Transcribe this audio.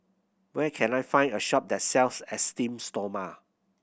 where can I find a shop that sells Esteem Stoma